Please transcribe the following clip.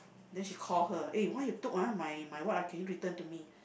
then she call her eh why you took ah my my what ah can you return to me